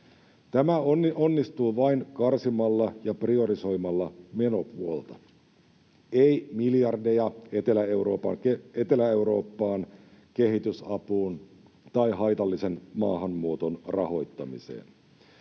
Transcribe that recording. Tämä onnistuu vain karsimalla ja priorisoimalla menopuolta: ei miljardeja Etelä-Eurooppaan, kehitysapuun tai haitallisen maahanmuuton rahoittamiseen.